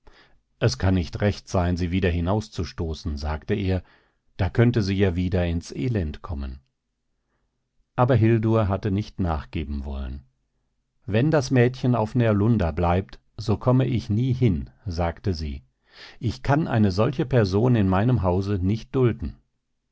es kann nicht recht sein sie wieder hinauszustoßen sagte er da könnte sie ja wieder ins elend kommen aber hildur hatte nicht nachgeben wollen wenn das mädchen auf närlunda bleibt so komme ich nie hin sagte sie ich kann eine solche person in meinem hause nicht dulden